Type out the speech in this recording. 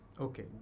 Okay